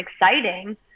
exciting